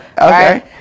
Okay